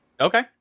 okay